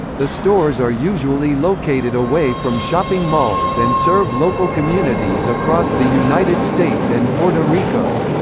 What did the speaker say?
the stores are usually located away from shopping malls and serve local communities across the united states and puerto rico.